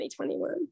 2021